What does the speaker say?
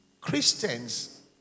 Christians